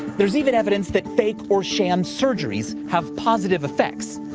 there's even evidence that fake or sham surgeries have positive effects.